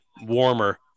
warmer